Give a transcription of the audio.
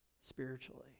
spiritually